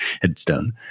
headstone